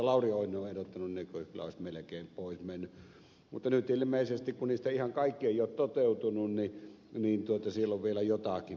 lauri oinonen on ehdottanut niin kyllä ne olisivat melkein pois menneet mutta kun nyt ilmeisesti niistä ihan kaikki eivät ole toteutuneet niin siellä on vielä jotakin poistettavissa olevaa